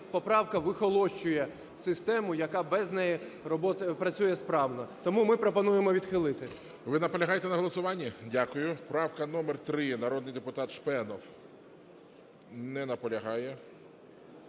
поправка вихолощує систему, яка без неї працює справно. Тому ми пропонуємо відхилити. ГОЛОВУЮЧИЙ. Ви наполягаєте на голосуванні? Дякую. Правка номер 3, народний депутат Шпенов. Не наполягає.